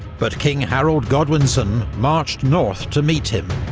but king harold godwinson marched north to meet him,